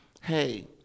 hey